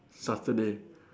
Saturday